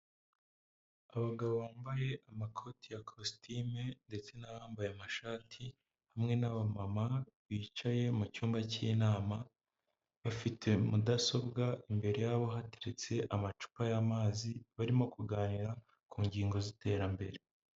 Abagabo bambaye amakoti ya kositime ndetse n'abambaye amashati hamwe n'abamama bicaye mu cyumba cy'inama, bafite mudasobwa imbere yabo hateretse amacupa y'amazi, barimo kuganira ku ngingo zi'iterambere.